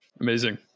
Amazing